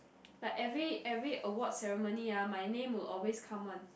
like every every award ceremony ah my name will always come [one]